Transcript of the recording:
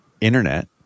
Internet